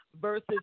versus